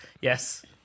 Yes